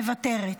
מוותרת.